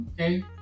Okay